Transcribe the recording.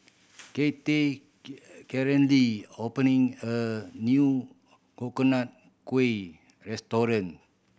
Cathey opening a new Coconut Kuih restaurant